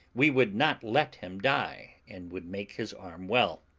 we would not let him die, and would make his arm well.